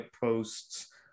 posts